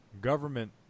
government